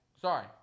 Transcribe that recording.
Sorry